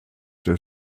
der